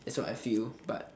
that's what I feel but